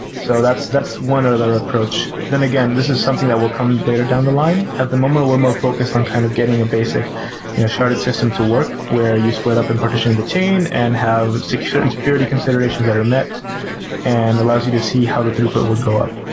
so that's that's one other approach. then, again, this is something that will come later down the line. at the moment, we're more focused on kind of getting a basic sharded system to work where you split up and partition and the chain and have certain security considerations that are met and allows you to see how the throughput will go up.